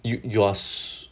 you you're